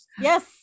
Yes